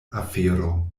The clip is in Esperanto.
afero